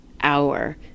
hour